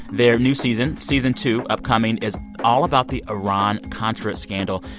their new season, season two, upcoming, is all about the iran-contra scandal.